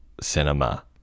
cinema